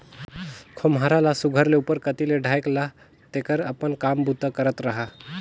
खोम्हरा ल सुग्घर ले उपर कती ले ढाएक ला तेकर अपन काम बूता करत रहा